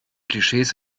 klischees